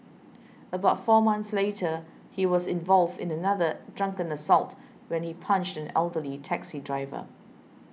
about four months later he was involved in another drunken assault when he punched an elderly taxi driver